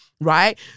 Right